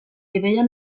ideia